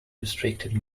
restricted